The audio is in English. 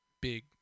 big